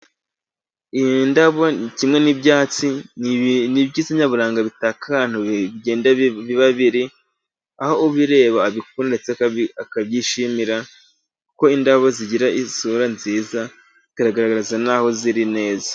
Indabo kimwe n’ibyatsi ni ibyiza nyaburanga bitaka ahantu biba biri. Aho ubireba, abikunda ndetse akabyishimira, kuko indabo zigira isura nziza, bikagaragaza n’aho ziri neza.